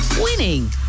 winning